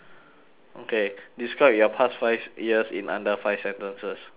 okay describe your past five years in under five sentences